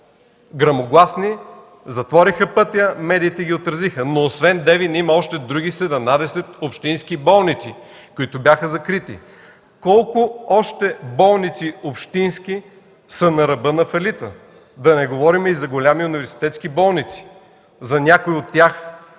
по-гръмогласни, затвориха пътя, медиите ги отразиха. Но освен Девин, има други 17 общински болници, които бяха закрити. Колко още общински болници са на ръба на фалита? Да не говорим за големи университетски болници. Публичната